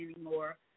anymore